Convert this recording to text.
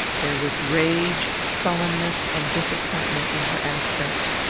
there was rage, sullenness, and disappointment in her aspect.